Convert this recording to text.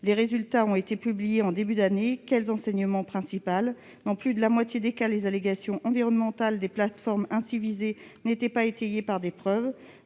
Les résultats ont été publiés en début d'année : il en ressort que, dans plus de la moitié des cas, les allégations environnementales des plateformes ainsi visées n'étaient pas étayées par des preuves